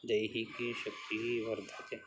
दैहिकि शक्तिः वर्धते